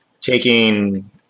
taking